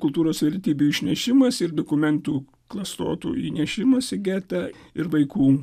kultūros vertybių išnešimas ir dokumentų klastotų įnešimas į getą ir vaikų